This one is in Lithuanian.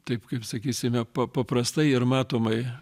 taip kaip sakysime pa paprastai ir matomai